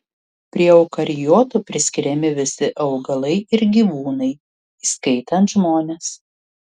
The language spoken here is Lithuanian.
prie eukariotų priskiriami visi augalai ir gyvūnai įskaitant žmones